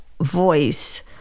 voice